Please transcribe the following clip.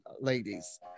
ladies